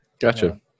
Gotcha